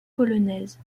polonaise